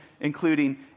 including